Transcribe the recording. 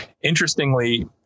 Interestingly